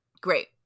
Great